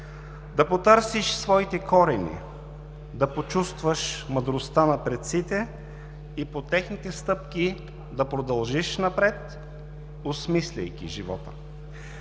да потърсиш своите корени, да почувстваш мъдростта на предците и по техните стъпки да продължиш напред, осмисляйки живота.